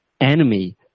enemy